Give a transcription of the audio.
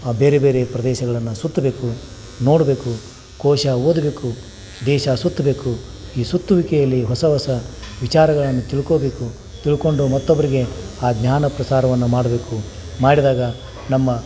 ಬೇರೆ ಬೇರೆ ಪ್ರದೇಶಗಳನ್ನು ಸುತ್ತಬೇಕು ನೋಡಬೇಕು ಕೋಶ ಓದಬೇಕು ದೇಶ ಸುತ್ತಬೇಕು ಈ ಸುತ್ತುವಿಕೆಯಲ್ಲಿ ಹೊಸ ಹೊಸ ವಿಚಾರಗಳನ್ನು ತಿಳ್ಕೋಬೇಕು ತಿಳ್ಕೊಂಡು ಮತ್ತೊಬ್ಬರಿಗೆ ಆ ಜ್ಞಾನ ಪ್ರಸಾರವನ್ನು ಮಾಡಬೇಕು ಮಾಡಿದಾಗ ನಮ್ಮ